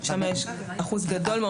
שם יש אחוז גדול מאוד של ילדים.